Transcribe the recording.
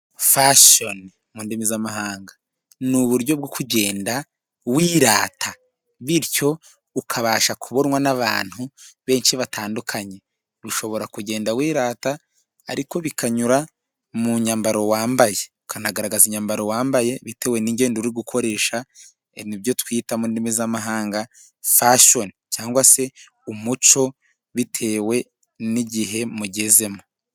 Fashoni mu ndimi z'amahanga ni uburyo bwo kugenda wirata. Bityo ukabasha kubonwa n'abantu benshi batandukanye. Ushobora kugenda wirata, ariko bikanyura mu myambaro wambaye. Ukanagaragaza imyambaro wambaye bitewe n'ingendo uri gukoresha, ibyo twita mu ndimi z'mahanga fashoni. Cyangwa se umuco, bitewe n'igihe mugezemo.